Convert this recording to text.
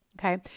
okay